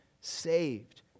saved